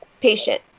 patient